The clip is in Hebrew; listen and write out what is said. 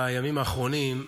בימים האחרונים,